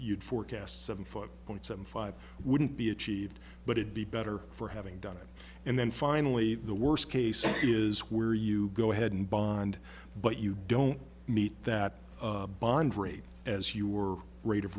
you'd forecast seven five point seven five wouldn't be achieved but it be better for having done it and then finally the worst case is where you go ahead and bond but you don't meet that bond rate as you were rate